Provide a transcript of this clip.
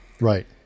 right